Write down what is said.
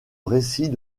récit